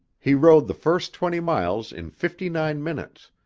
he rode the first twenty miles in fifty-nine minutes,